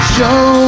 Show